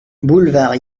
boulevard